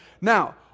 Now